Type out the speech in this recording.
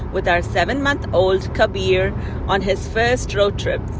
with our seven month old kabir on his first road trip.